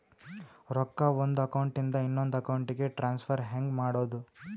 ರೊಕ್ಕ ಒಂದು ಅಕೌಂಟ್ ಇಂದ ಇನ್ನೊಂದು ಅಕೌಂಟಿಗೆ ಟ್ರಾನ್ಸ್ಫರ್ ಹೆಂಗ್ ಮಾಡೋದು?